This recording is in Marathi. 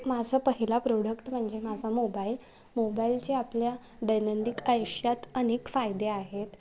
माझं पहिला प्रोडक्ट म्हणजे माझा मोबाईल मोबाईलचे आपल्या दैनंदिन आयुष्यात अनेक फायदे आहेत